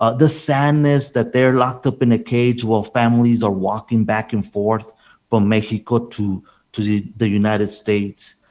ah the sadness that they are locked up in a cage while families are walking back and forth from mexico to to the the united states.